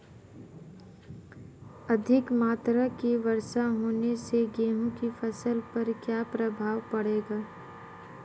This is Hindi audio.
अधिक मात्रा की वर्षा होने से गेहूँ की फसल पर क्या प्रभाव पड़ेगा?